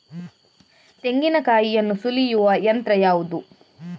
ತೆಂಗಿನಕಾಯಿಯನ್ನು ಸುಲಿಯುವ ಯಂತ್ರ ಯಾವುದು?